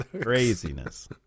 Craziness